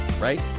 right